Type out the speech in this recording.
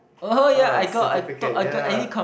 ah certificate ya